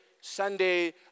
Sunday